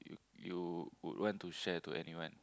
you would want to share to anyone